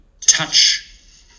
touch